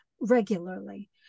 regularly